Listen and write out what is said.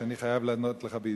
שאני חייב לענות לך בידידות.